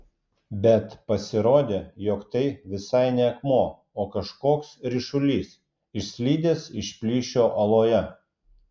bet pasirodė jog tai visai ne akmuo o kažkoks ryšulys išslydęs iš plyšio uoloje